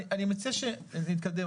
אני מציע שנתקדם.